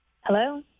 Hello